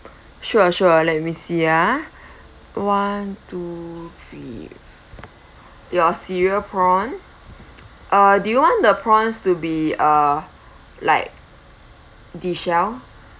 sure sure let me see ah one two three your cereal prawn uh do you want the prawns to be uh like deshelled